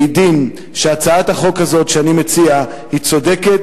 מעידים שהצעת החוק שאני מציע היא צודקת,